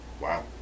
Wow